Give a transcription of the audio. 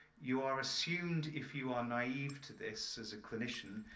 you are assumed, if you are naive to this as a clinician,